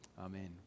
Amen